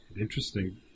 Interesting